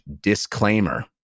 disclaimer